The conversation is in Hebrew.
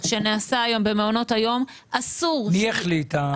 מי החליט?